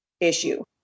issue